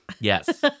Yes